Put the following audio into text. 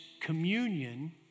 communion